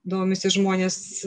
domisi žmonės